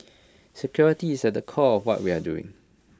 security is at the core what we are doing